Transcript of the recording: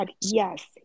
yes